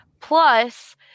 Plus